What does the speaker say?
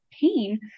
pain